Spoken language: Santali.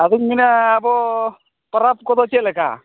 ᱟᱫᱚᱧ ᱢᱮᱱᱮᱫᱼᱟ ᱟᱵᱚ ᱯᱟᱨᱟᱵᱽ ᱠᱚᱫᱚ ᱪᱮᱫ ᱞᱮᱠᱟ